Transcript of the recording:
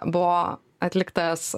buvo atliktas